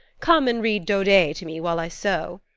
come and read daudet to me while i sew